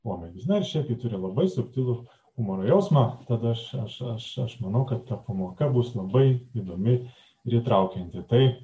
pomėgis na ir šiaip ji turi labai subtilų humoro jausmą tad aš aš aš aš manau kad ta pamoka bus labai įdomi ir įtraukianti tai